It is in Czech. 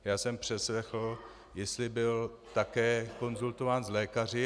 Já jsem přeslechl, jestli byl také konzultován s lékaři.